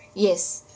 yes